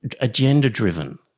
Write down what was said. agenda-driven